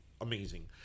Amazing